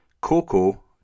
Coco